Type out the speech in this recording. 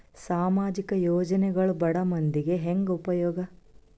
ಸಾಮಾಜಿಕ ಯೋಜನೆಗಳು ಬಡ ಮಂದಿಗೆ ಹೆಂಗ್ ಉಪಯೋಗ?